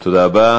תודה רבה.